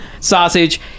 sausage